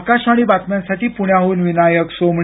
आकाशवाणी बातम्यांसाठी पुण्याहून विनायक सोमणी